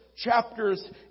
chapters